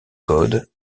code